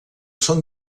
són